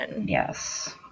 yes